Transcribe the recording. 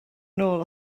nôl